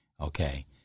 okay